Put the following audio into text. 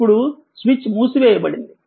ఇప్పుడు స్విచ్ మూసివేయబడింది